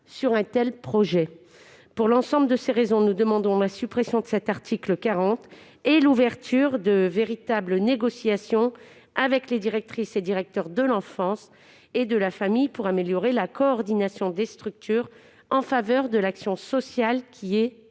Pour l'ensemble de ces raisons, nous demandons la suppression de l'article 40 et l'ouverture de véritables négociations avec les directrices et directeurs de l'enfance et de la famille pour améliorer la coordination des structures en faveur de l'action sociale, qui est